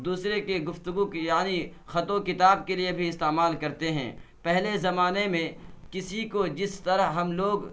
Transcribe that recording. دوسری کے گفتگو کی یعنی خط و کتاب کے لیے بھی استعمال کرتے ہیں پہلے زمانے میں کسی کو جس طرح ہم لوگ